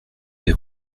les